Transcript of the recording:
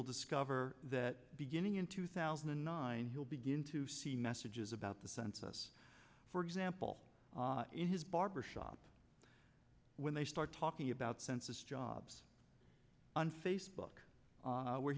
will discover that beginning in two thousand and nine he will begin to see messages about the census for example in his barber shop when they start talking about census jobs on facebook where